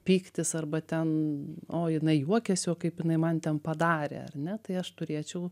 pyktis arba ten o jinai juokiasi o kaip jinai man ten padarė ar ne tai aš turėčiau